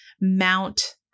mount